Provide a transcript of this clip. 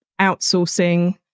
outsourcing